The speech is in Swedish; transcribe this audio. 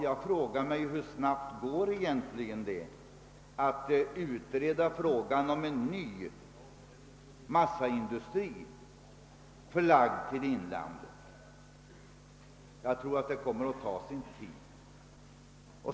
Jag frågar mig då: Hur snabbt går det egentligen att utreda frågan om en ny massaindustri, förlagd till inlandet? Jag tror att det kommer att ta sin tid.